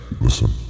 Listen